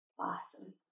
Awesome